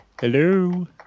Hello